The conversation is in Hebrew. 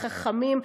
וחכמים,